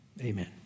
amen